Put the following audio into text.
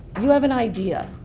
you have an idea.